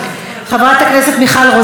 חברת הכנסת עאידה תומא סלימאן,